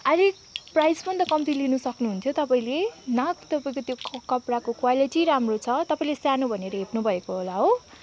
आलिक प्राइस पनि त कम्ती लिनु सक्नुहुन्थ्यो तपाईँले न तपाईँको त्यो कपडाको क्वालिटी राम्रो छ तपाईँले सानो भनेर हेप्नुभएको होला है